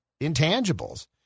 intangibles